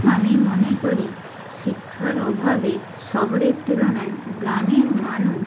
আমি মনে করি শিক্ষার অভাবে শহরের তুলনায় গ্রামের মানুষ